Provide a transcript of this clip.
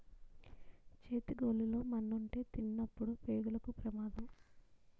చేతి గోళ్లు లో మన్నుంటే తినినప్పుడు పేగులకు పెమాదం